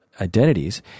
identities